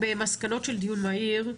במסקנות של דיון מהיר,